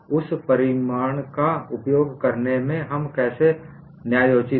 उस परिणाम का उपयोग करने में हम कैसे न्यायोचित हैं